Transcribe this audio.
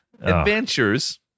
adventures